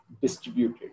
distributed